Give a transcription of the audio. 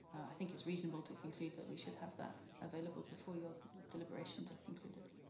i think it's reasonable to conclude that we should have that available before your deliberations are concluded.